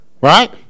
Right